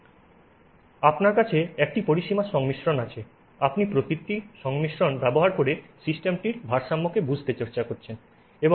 আপনার কাছে একটি পরিসীমার সংমিশ্রণ আছে আপনি প্রত্যেকটি সংমিশ্রণ ব্যবহার করে সিস্টেমটির ভারসাম্যকে বুঝতে চেষ্টা করছেন